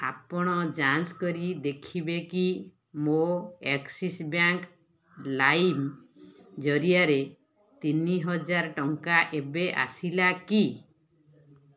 ଆପଣ ଯାଞ୍ଚ୍ କରି ଦେଖିବେକି ମୋ ଆକ୍ସିସ୍ ବ୍ୟାଙ୍କ୍ ଲାଇମ୍ ଜରିଆରେ ତିନିହଜାର ଟଙ୍କା ଏବେ ଆସିଲାକି